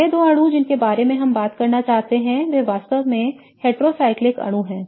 अगले दो अणु जिनके बारे में हम बात करना चाहते हैं वे वास्तव में हेट्रोसाइक्लिक अणु हैं